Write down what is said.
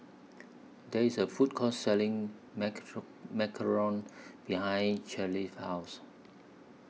There IS A Food Court Selling Macarons behind Caleigh's House